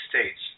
States